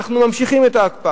אנחנו ממשיכים את ההקפאה,